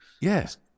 Yes